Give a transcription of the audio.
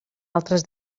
altres